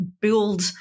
build